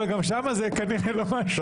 אבל גם שם זה כנראה לא משהו.